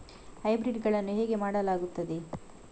Hybrid ಗಳನ್ನು ಹೇಗೆ ಮಾಡಲಾಗುತ್ತದೆ?